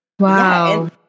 Wow